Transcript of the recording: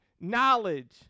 knowledge